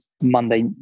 Monday